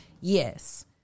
yes